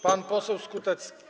Pan poseł Skutecki.